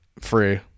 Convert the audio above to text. Free